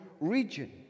region